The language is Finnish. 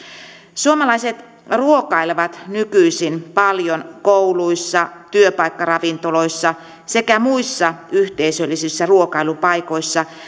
suomalaiset ruokailevat nykyisin paljon kouluissa työpaikkaravintoloissa sekä muissa yhteisöllisissä ruokailupaikoissa